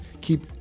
Keep